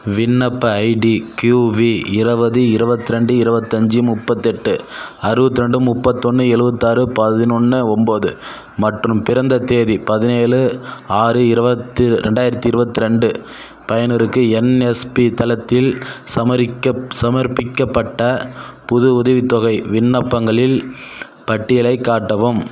விண்ணப்ப ID Q V இருபது இருவத்திரெண்டு இருபத்தஞ்சி முப்பத்தெட்டு அறுவத்திரெண்டு முப்பத்தொன்று எழுவத்தாறு பதினொன்று ஒம்போது மற்றும் பிறந்த தேதி பதினேழு ஆறு இருபத்தி ரெண்டாயிரத்தி இருவத்திரெண்டு பயனருக்கு என்எஸ்பி தளத்தில் சமர்ப்பிக்கப்பட்ட புது உதவித்தொகை விண்ணப்பங்களின் பட்டியலைக் காட்டவும்